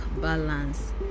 balance